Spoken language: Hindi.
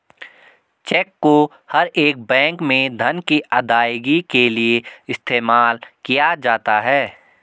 चेक को हर एक बैंक में धन की अदायगी के लिये इस्तेमाल किया जाता है